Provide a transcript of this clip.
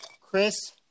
Chris